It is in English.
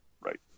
Right